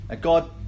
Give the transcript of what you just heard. God